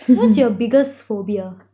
what's your biggest phobia